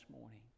morning